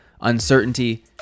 uncertainty